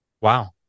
Wow